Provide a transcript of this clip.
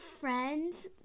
friends